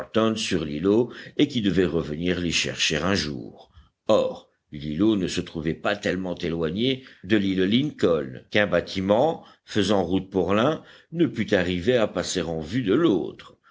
sur l'îlot et qui devait revenir l'y chercher un jour or l'îlot ne se trouvait pas tellement éloigné de l'île lincoln qu'un bâtiment faisant route pour l'un ne pût arriver à passer en vue de l'autre